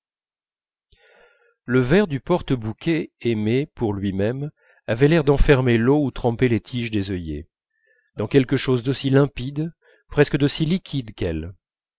le verre du porte bouquet aimé pour lui-même avait l'air d'enfermer l'eau où trempaient les tiges des œillets dans quelque chose d'aussi limpide presque d'aussi liquide qu'elle